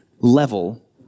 level